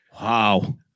Wow